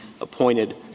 appointed